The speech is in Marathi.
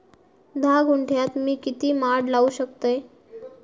धा गुंठयात मी किती माड लावू शकतय?